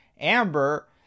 Amber